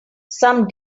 some